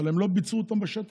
אבל הם לא ביצעו אותן בשטח,